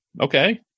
okay